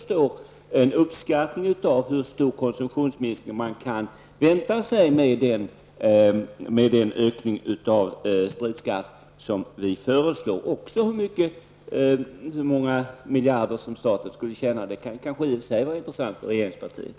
Det talas här om en uppskattning av hur stor konsumtionsminskning man kan vänta sig med den höjning av spritskatten som vi föreslår och hur många miljarder som staten skulle tjäna. Det här kunde i och för sig vara intressant för regeringspartiet.